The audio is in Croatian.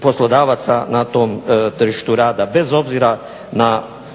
poslodavaca na tom tržištu rada bez obzira na